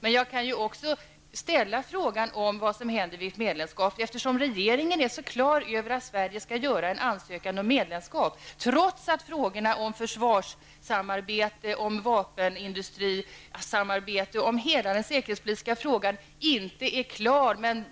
Men jag kan också ställa frågan om vad som händer vid ett medlemskap, eftersom regeringen är så säker på att Sverige skall göra en ansökan om medlemskap, trots att frågorna om försvarssamarbete, vapenindustrisamarbete och hela den säkerhetspolitiska frågan inte är klara. Ändå